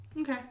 okay